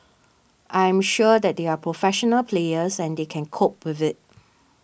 I'm sure that they are professional players and they can cope with it